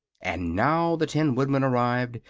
and now the tin woodman arrived,